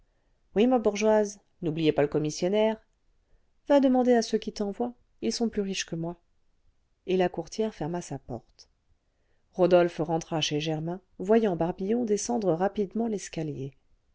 oui ma bourgeoise n'oubliez pas le commissionnaire va demander à ceux qui t'envoient ils sont plus riches que moi et la courtière ferma sa porte rodolphe rentra chez germain voyant barbillon descendre rapidement l'escalier